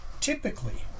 typically